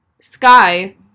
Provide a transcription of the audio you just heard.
Sky